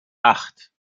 acht